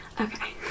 Okay